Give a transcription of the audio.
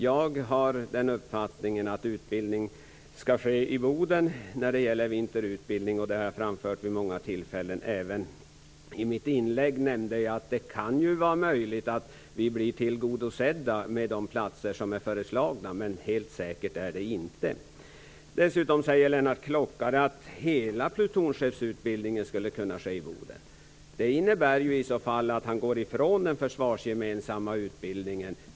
Jag har uppfattningen att vinterutbildningen skall ske i Boden. Detta har jag framfört vid många tillfällen. Även i mitt anförande nämnde jag att det är möjligt att vi blir tillgodosedda när det gäller de platser som är föreslagna, men helt säkert är det inte. Lennart Klockare säger också att hela plutonchefsutbildningen skulle kunna ske i Boden. Men i så fall går han ifrån den försvarsgemensamma utbildningen.